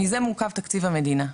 מזה מורכב תקציב המדינה,